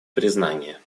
признание